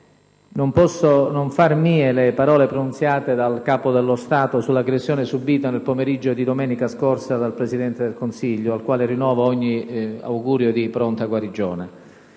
Non posso non far mie le parole pronunziate dal Capo dello Stato sull'aggressione subita nel pomeriggio di domenica scorsa dal Presidente del Consiglio, al quale rinnovo ogni augurio di pronta guarigione.